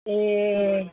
ए